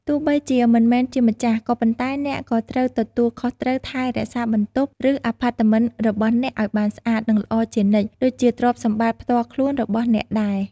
ទោះបីជាមិនមែនជាម្ចាស់ ក៏ប៉ុន្តែអ្នកក៏ត្រូវទទួលខុសត្រូវថែរក្សាបន្ទប់ ឬអាផាតមិនរបស់អ្នកឱ្យបានស្អាត និងល្អជានិច្ច ដូចជាទ្រព្យសម្បត្តិផ្ទាល់ខ្លួនរបស់អ្នកដែរ។